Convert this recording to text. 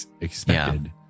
expected